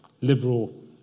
liberal